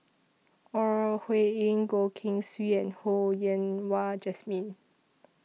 Ore Huiying Goh Keng Swee and Ho Yen Wah Jesmine